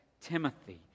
Timothy